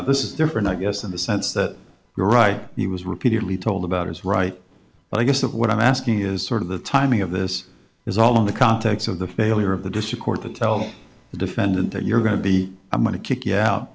of this is different i guess in the sense that you're right he was repeatedly told about his right but i guess of what i'm asking is sort of the timing of this is all in the context of the failure of the district court to tell the defendant that you're going to be i'm going to kick you out